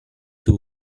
two